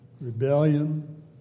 rebellion